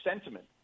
sentiment